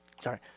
Sorry